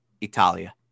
Italia